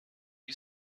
you